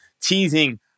Teasing